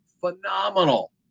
phenomenal